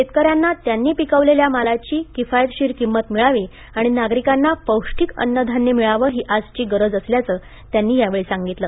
शेतकऱ्यांना त्यांनी पिकवलेल्या मालाची किफायतशीर किंमत मिळावी आणि नागरिकांना पौष्टिक अन्नधान्य मिळावं ही आजची गरज असल्यांचं त्यांनी सागितलं